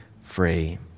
free